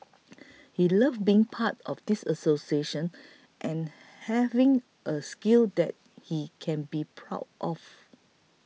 he loved being part of this association and having a skill that he can be proud of